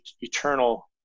eternal